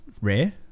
rare